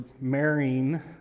marrying